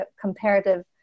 comparative